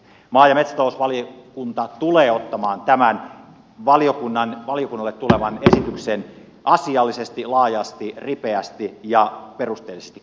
maa ja metsätalousvaliokunta tulee ottamaan tämän valiokunnalle tulevan esityksen asiallisesti laajasti ripeästi ja perusteellisesti käsittelyyn